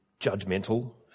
judgmental